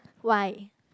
why